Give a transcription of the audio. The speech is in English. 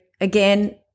again